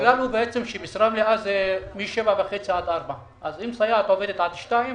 הכלל הוא שמשרה מלאה היא מ-7:30 עד 4:00. אם סייעת עובדת עד 2:00,